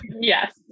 Yes